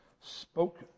spoke